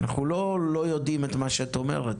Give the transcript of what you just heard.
אנחנו יודעים את מה שאת אומרת.